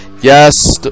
yes